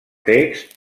text